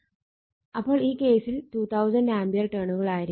അപ്പോൾ ഈ കേസിൽ 2000 ആംപിയർ ടേണുകളായിരിക്കും